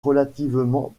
relativement